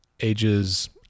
ages